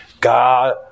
God